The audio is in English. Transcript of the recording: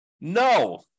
No